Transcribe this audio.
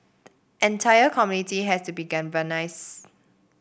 entire community has to be galvanise